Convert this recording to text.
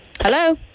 Hello